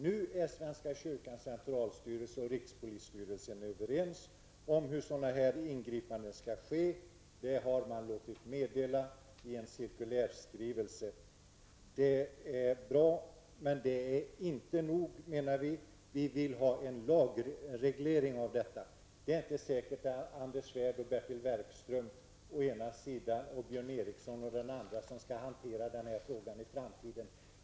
Nu är svenska kyrkans centralstyrelse och rikspolisstyrelsen överens om hur sådana ingripanden skall ske, och det har man låtit meddela i en cirkulärskrivelse. Det är bra, men det är inte nog, menar vi. Vi vill ha en lagreglering av detta. Det är inte säkert att det är Anders Svärd och Bertil Werkström å ena sidan och Björn Eriksson å den andra som skall hantera den här frågan i framtiden.